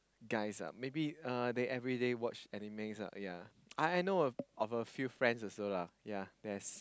guys ah maybe uh they everyday watch animes ah ya I I know of a few friends also lah ya there's